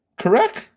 correct